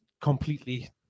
Completely